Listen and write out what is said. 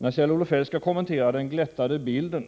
När Kjell-Olof Feldt skall kommentera den glättade bilden